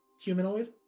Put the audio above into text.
humanoid